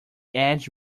edge